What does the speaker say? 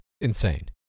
insane